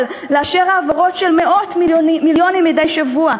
לאשר העברות של מאות מיליונים מדי שבוע,